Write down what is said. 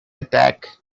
attack